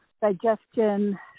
digestion